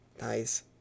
Nice